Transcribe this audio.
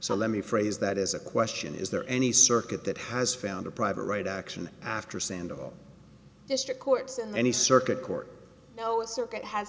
so let me phrase that as a question is there any circuit that has found a private right action after sandoval district courts and any circuit court no circuit has